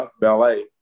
Ballet